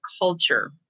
culture